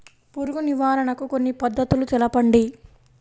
పురుగు నివారణకు కొన్ని పద్ధతులు తెలుపండి?